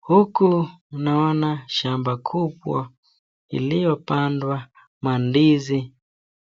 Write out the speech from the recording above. Huku naona shamba kubwa iliyopandwa mandizi